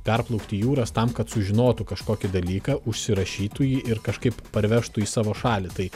perplaukti jūras tam kad sužinotų kažkokį dalyką užsirašytų jį ir kažkaip parvežtų į savo šalį tai